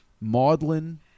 maudlin